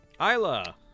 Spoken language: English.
Isla